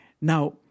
now